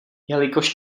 jelikož